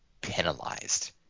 penalized